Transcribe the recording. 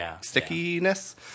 stickiness